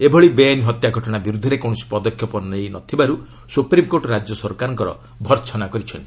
ଏଭଳି ବେଆଇନ ହତ୍ୟା ଘଟଣା ବିରୁଦ୍ଧରେ କୌଣସି ପଦକ୍ଷେପ ନ ନେଇଥିବାରୁ ସ୍ୱପ୍ରିମ୍କୋର୍ଟ ରାଜ୍ୟ ସରକାରଙ୍କର ଭର୍ସନା କରିଛନ୍ତି